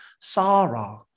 Sarah